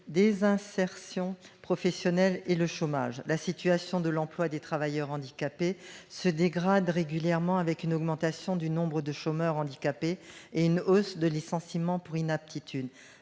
désinsertion professionnelle et le chômage. La situation de l'emploi des travailleurs handicapés se dégrade régulièrement, avec une augmentation du nombre de chômeurs et une hausse des licenciements pour inaptitude.